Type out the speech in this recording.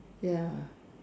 ya